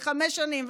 וחמש שנים,